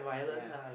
yea